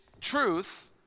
truth